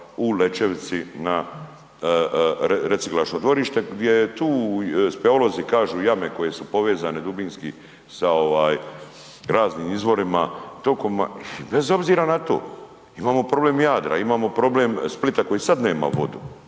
u Lečevici na reciklažno dvorište gdje tu i speleolozi kažu jame koje su povezane dubinski sa raznim izvorima, tokovima, i bez obzira na to, imamo problem Jadra, imamo problem Splita koji sad nema vodu